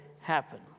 happen